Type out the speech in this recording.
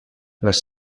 les